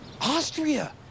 Austria